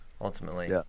ultimately